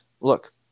Look